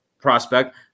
prospect